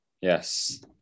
yes